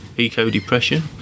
eco-depression